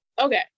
okay